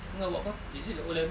tengah buat apa is it the O levels